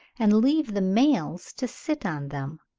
and leave the males to sit on them.